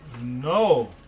No